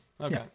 Okay